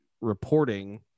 reporting